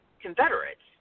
Confederates